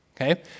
okay